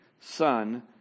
son